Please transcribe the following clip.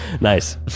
Nice